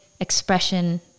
expression